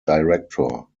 director